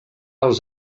els